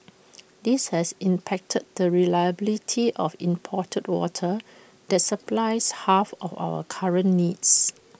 this has impacted the reliability of imported water that supplies half of our current needs